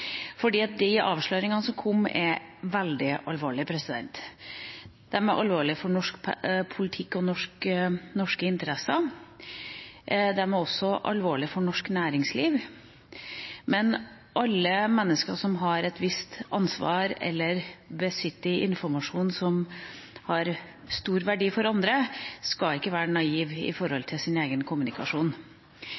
De avsløringene som kom, er veldig alvorlige. De er alvorlige for norsk politikk og norske interesser. De er også alvorlige for norsk næringsliv. Men alle mennesker som har et visst ansvar, eller som besitter informasjon som har stor verdi for andre, skal ikke være naive når det gjelder sin egen kommunikasjon.